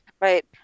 Right